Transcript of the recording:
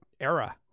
era